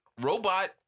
robot